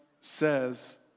says